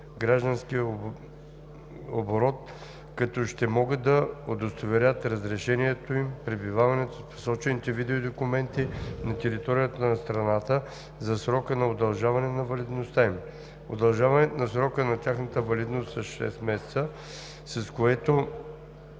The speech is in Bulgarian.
гражданския оборот, като ще могат да удостоверят разрешеното им пребиваване с посочените видове документи на територията на страната за срока на удължаване на валидността им. Удължаването на срока на тяхната валидност с 6 месеца, с което